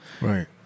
Right